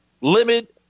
limit